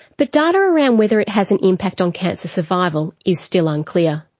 but data around whether it has an impact on cancer survival is still unclear.